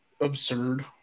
absurd